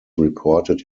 reported